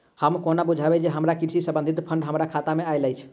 हम कोना बुझबै जे हमरा कृषि संबंधित फंड हम्मर खाता मे आइल अछि?